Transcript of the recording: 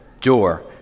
door